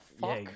fuck